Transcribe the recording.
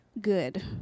good